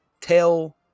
tell